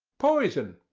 poison,